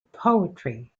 poetry